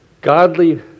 Godly